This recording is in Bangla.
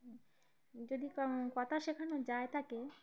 যদি ক কথা শেখানো যায় তাকে